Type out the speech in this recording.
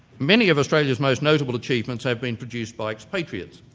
many of australia's most notable achievements have been produced by expatriates.